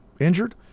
injured